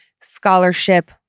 scholarship